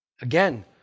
Again